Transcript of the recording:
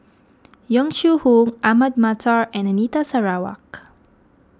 Yong Shu Hoong Ahmad Mattar and Anita Sarawak